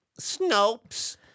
Snopes